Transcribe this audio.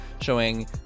showing